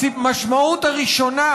המשמעות הראשונה,